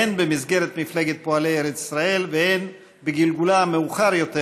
הן במסגרת מפלגת פועלי ארץ ישראל והן בגלגולה המאוחר יותר,